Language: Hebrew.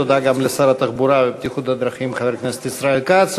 תודה גם לשר התחבורה והבטיחות בדרכים חבר הכנסת ישראל כץ.